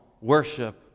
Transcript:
worship